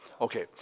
Okay